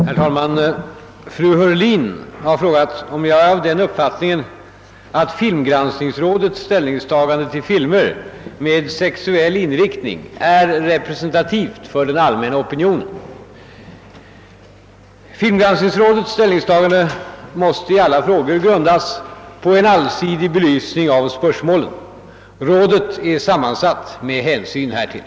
Herr talman! Fru Heurlin har frågat om jag är av den uppfattningen att filmgranskningsrådets ställningstagande till filmer med sexuell inriktning är representativt för den allmänna opinionen. Filmgranskningsrådets = ställningstaganden måste i alla frågor grundas på en allsidig belysning av spörsmålen. Rådet är sammansatt med hänsyn härtill.